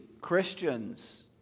Christians